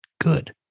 good